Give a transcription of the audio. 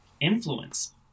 influence